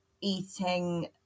eating